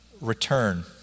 return